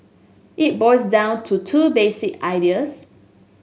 it boils down to two basic ideas